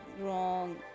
wrong